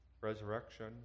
resurrection